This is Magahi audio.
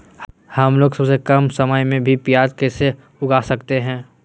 हमलोग सबसे कम समय में भी प्याज कैसे उगा सकते हैं?